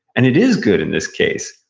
and it is good in this case,